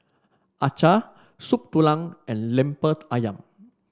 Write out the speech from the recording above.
Acar Soup Tulang and Lemper ayam